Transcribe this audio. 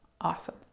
Awesome